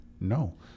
No